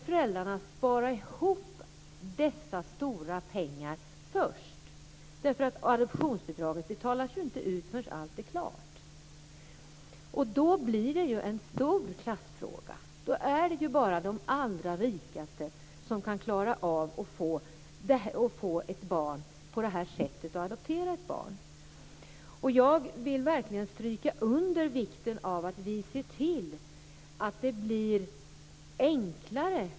Föräldrarna ska spara ihop dessa stora pengar först. Adoptionsbidraget betalas ju inte ut förrän allt är klart. Då blir det en klassfråga. Då är det bara de allra rikaste som kan klara av att adoptera ett barn. Jag vill verkligen stryka under vikten av att vi ser till att adoption blir enklare.